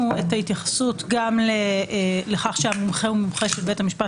הוספנו את ההתייחסות גם לכך שהמומחה הוא מומחה של בית המשפט